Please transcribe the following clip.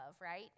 right